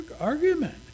argument